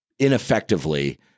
Ineffectively